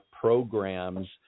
programs